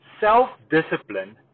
self-discipline